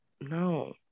no